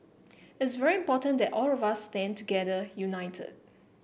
it's very important that all of us stand together united